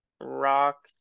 rock